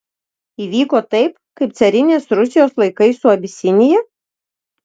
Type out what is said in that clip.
įvyko taip kaip carinės rusijos laikais su abisinija